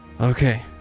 Okay